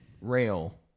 rail